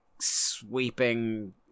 sweeping